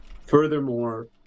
Furthermore